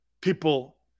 people